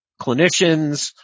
Clinicians